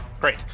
great